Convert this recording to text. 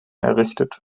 errichtet